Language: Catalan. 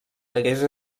hagués